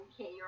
Okay